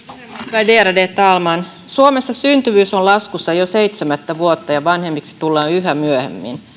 värderade talman suomessa syntyvyys on laskussa jo seitsemättä vuotta ja vanhemmiksi tullaan yhä myöhemmin